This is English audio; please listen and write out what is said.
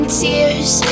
tears